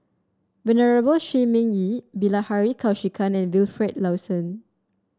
Venerable Shi Ming Yi Bilahari Kausikan and Wilfed Lawson